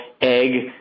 egg